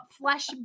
flesh